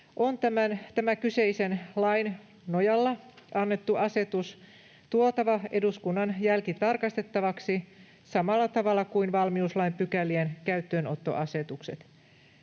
on tämä kyseisen lain nojalla annettu asetus tuotava eduskunnan jälkitarkastettavaksi samalla tavalla kuin valmiuslain pykälien käyttöönottoasetukset.